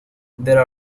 there